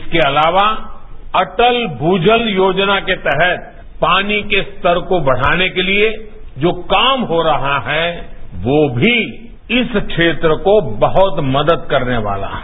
इसके अलावा अटल भूजल योजना के तहत पानी के स्तर को बढ़ाने के लिए जो काम हो रहा है वो भी इस क्षेत्र को बहुत मदद करने वाला है